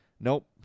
nope